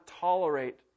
tolerate